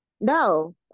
No